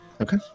Okay